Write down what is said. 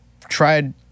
tried